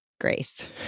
grace